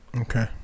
Okay